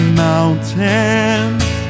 mountains